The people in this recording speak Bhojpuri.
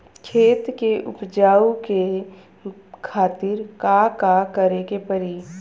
खेत के उपजाऊ के खातीर का का करेके परी?